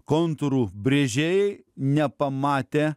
kontūrų brėžėjai nepamatė